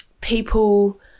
people